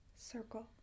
circle